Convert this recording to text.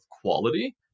quality